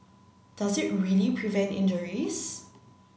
does it really prevent injuries